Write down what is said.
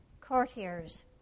courtiers